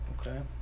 Okay